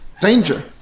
danger